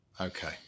Okay